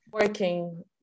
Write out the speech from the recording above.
working